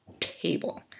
table